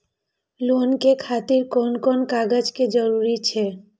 Loan के खातिर कोन कोन कागज के जरूरी छै?